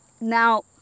Now